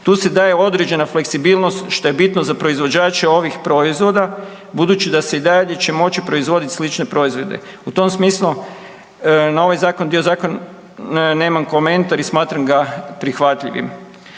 Tu se daje određena fleksibilnost što je bitno za proizvođače ovih proizvoda budući da će se i dalje moći proizvoditi slične proizvode. U tom smislu na ovaj zakon dio zakon nemam komentar i smatram ga prihvatljivim.